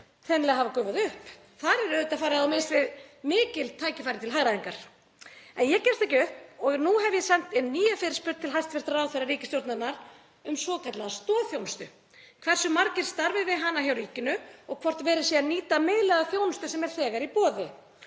hreinlega hafa gufað upp. Þar er auðvitað farið á mis við mikil tækifæri til hagræðingar. En ég gefst ekki upp og nú hef ég sent inn nýja fyrirspurn til hæstv. ráðherra ríkisstjórnarinnar um svokallaða stoðþjónustu, hversu margir starfi við hana hjá ríkinu og hvort verið sé að nýta miðlæga þjónustu sem er þegar í boði.